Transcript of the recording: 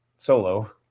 Solo